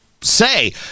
say